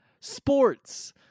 Sports